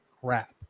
crap